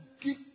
give